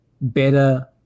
better